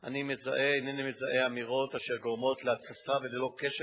אני מזהה אמירות אשר גורמות להתססה וללא קשר